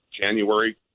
January